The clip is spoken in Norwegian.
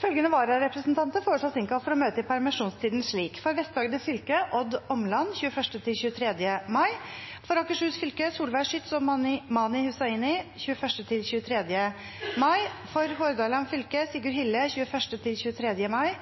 Følgende vararepresentanter innkalles for å møte i permisjonstiden: For Vest-Agder fylke: Odd Omland 21.–23. mai For Akershus fylke: Solveig Schytz og Mani Hussaini 21.–23. mai For Hordaland fylke: Sigurd Hille 21.–23. mai